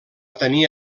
tenir